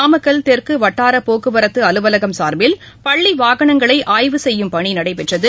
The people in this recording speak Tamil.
நாமக்கல் தெற்கு வட்டார போக்குவரத்து அலுவலகம் சார்பில் பள்ளி வாகனங்களை ஆய்வு செய்யும் பணி நடைபெற்றது